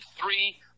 three